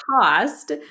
cost